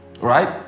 right